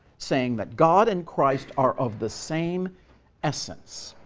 saying that god and christ are of the same essence,